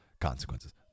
consequences